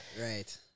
Right